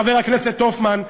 חבר הכנסת הופמן,